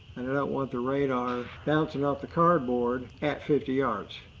and i don't want the radar bouncing off the cardboard at fifty yards.